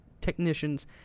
technicians